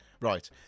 Right